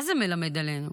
מה זה מלמד עלינו?